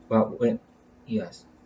but when yes